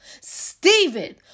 Stephen